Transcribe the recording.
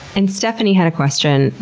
and stephanie had a question.